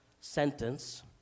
sentence